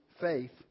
faith